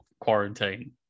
quarantine